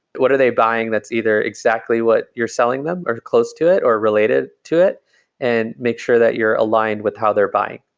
what are they buying that's either exactly what you're selling them or close to it or related to it and make sure that you're aligned with how they're buying.